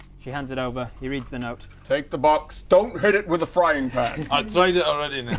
she hands it over he reads the note take the box. don't hit it with a frying pan i tried that already